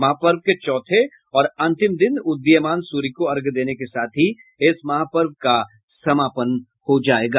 महापर्व के चौथे और अंतिम दिन उदीयमान सूर्य को अर्घ्य देने के साथ ही इस महापर्व का समापन हो जायेगा